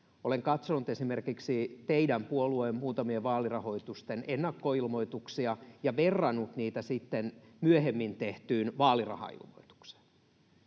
olen katsonut esimerkiksi teidän puolueen muutamien vaalirahoitusten ennakkoilmoituksia ja verrannut niitä sitten myöhemmin tehtyyn vaalirahailmoitukseen,